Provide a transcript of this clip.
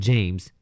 James